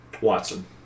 Watson